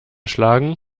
schlagen